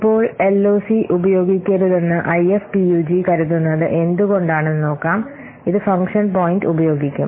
ഇപ്പോൾ എൽഓസി ഉപയോഗിക്കരുതെന്ന് ഐഎഫ്പിയുജി കരുതുന്നത് എന്തുകൊണ്ടാണെന്ന് നോക്കാം ഇത് ഫംഗ്ഷൻ പോയിന്റ് ഉപയോഗിക്കും